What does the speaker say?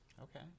Okay